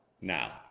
now